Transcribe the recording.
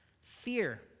Fear